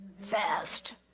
fast